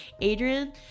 Adrian